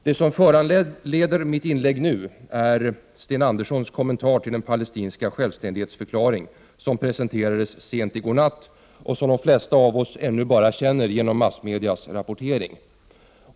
Det som föranleder mitt inlägg nu är Sten Anderssons kommentar till den palestinska självständighetsförklaring som presenterades sent i går natt och som de flesta av oss ännu känner bara genom massmedias rapportering.